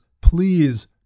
please